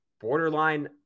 borderline